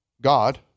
God